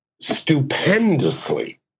stupendously